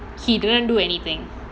he didn't do anything